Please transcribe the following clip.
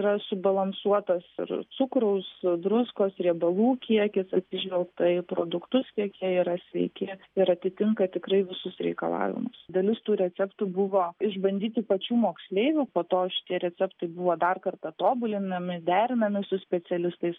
yra subalansuotas ir cukraus druskos riebalų kiekis atsižvelgta į produktus kiek jie yra sveiki ir atitinka tikrai visus reikalavimus dalis tų receptų buvo išbandyti pačių moksleivių po to šitie receptai buvo dar kartą tobulinami derinami su specialistais